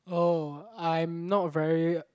oh I'm not very